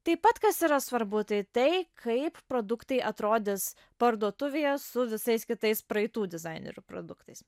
taip pat kas yra svarbu tai tai kaip produktai atrodys parduotuvėje su visais kitais praeitų dizainerių produktais